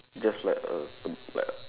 that's like a like